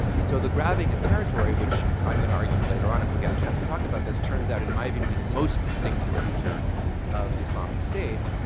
and so the grabbing of territory, which i'm going to argue later on, if we get a chance to talk about this, turns out, in my view, to be the most distinctive feature of the islamic state,